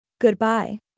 Goodbye